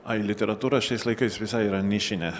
ai literatūra šiais laikais visai yra nišinė